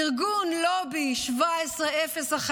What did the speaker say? ארגון לובי 1701,